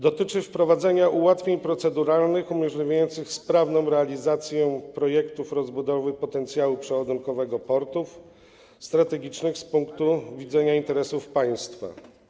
Dotyczy to wprowadzenia ułatwień proceduralnych umożliwiających sprawną realizację projektów rozbudowy potencjału przeładunkowego portów strategicznych z punktu widzenia interesów państwa.